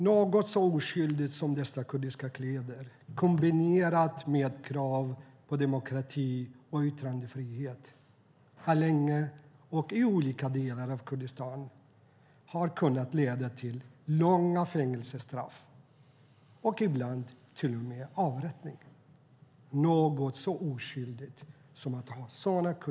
Något så oskyldigt som att ha sådana kurdiska kläder på sig, kombinerat med ett krav på demokrati och yttrandefrihet, har länge i olika delar av Kurdistan kunnat leda till långa fängelsestraff och ibland till och med avrättning.